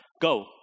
go